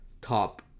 top